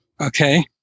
Okay